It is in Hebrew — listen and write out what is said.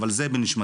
אבל זה בנשמתי